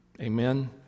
Amen